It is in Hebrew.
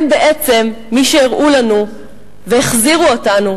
הם בעצם מי שהראו לנו והחזירו אותנו